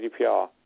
GDPR